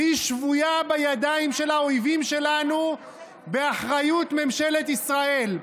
והיא שבויה בידיים של האויבים שלנו באחריות ממשלת ישראל,